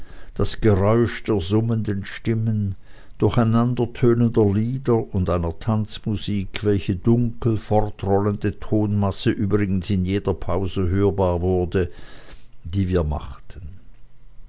das geräusch der summenden stimmen durcheinandertönender lieder und einer tanzmusik welche dunkel fortrollende tonmasse übrigens in jeder pause hörbar wurde die wir machten